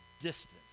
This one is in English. distance